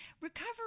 recovery